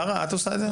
לארה את עושה את זה?